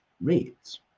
rates